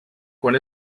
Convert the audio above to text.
quan